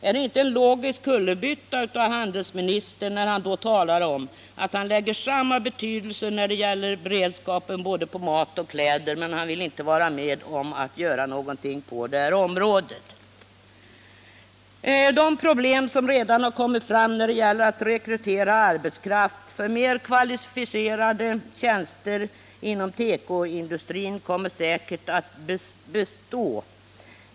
Är det inte en logisk kullerbytta av handelsministern när han å ena sidan talar om att han från beredskapssynpunkt lägger samma betydelse på mat och kläder men å andra sidan inte vill vara med om skyddande åtgärder för klädtillverkningen? De problem som redan har visat sig när det gäller att rekrytera arbetskraft för mer kvalificerade tjänster inom tekoindustrin kommer säkert att bestå.